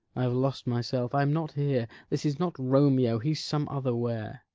i have lost myself i am not here this is not romeo, he's some other where.